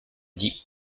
dit